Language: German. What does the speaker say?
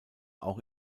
auch